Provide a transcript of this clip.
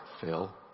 Phil